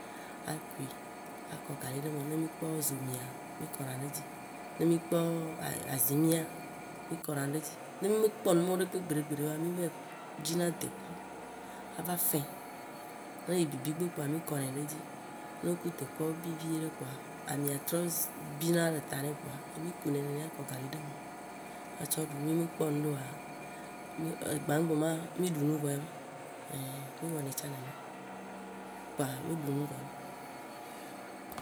Akui akɔ gali ɖe eme, ne mì kpɔ zo mia, ne mì kpɔ azimia, mì kɔ na ɖe dzi. Ne mì me kpɔ numɔwo be ɖekpe gbeɖe gbeɖe oa, mì va yi dzina deku ava fɛ̃, ne yi bibigbe kpoa mì kɔnɛ ɖe dzi, ne wo ku dekua wobi viɖe kpoa, amia trɔ bina le ta nɛ kpoa, ye mì ku nɛ nenea akɔ gali ɖe eme atsɔ ɖu. Ne mì me kpɔ ŋɖe oa, gbãgbema, mì ɖunu vɔe ma, ein mì wɔnɛ tsã nenea, kpoa mì ɖunu vɔe ma.